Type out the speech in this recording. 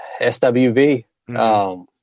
SWV